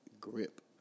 grip